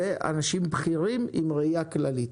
ואנשים בכירים עם ראייה כללית.